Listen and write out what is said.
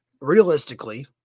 realistically